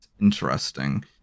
Interesting